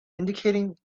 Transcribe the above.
indicating